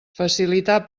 facilitar